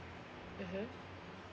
mmhmm